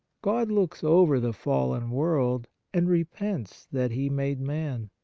god looks over the fallen world, and repents that he made man.